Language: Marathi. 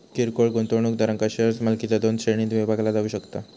किरकोळ गुंतवणूकदारांक शेअर मालकीचा दोन श्रेणींत विभागला जाऊ शकता